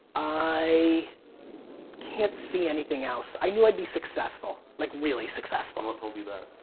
i can't see anything else. i knew i'd be successful, like really successful. what told you that?